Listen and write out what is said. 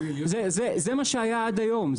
זה מה שהיה עד היום,